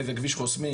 איזה כביש חוסמים,